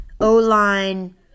O-line